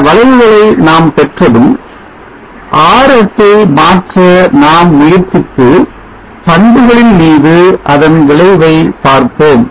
அன்பு வளைவுகளை நாம் பெற்றதும் பெற்றபின் RS ஐ மாற்ற நாம் முயற்சித்து பண்புகளின் மீது அதன் விளைவை பார்ப்போம்